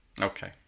Okay